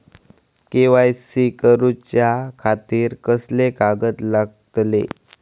KYC करूच्या खातिर कसले कागद लागतले?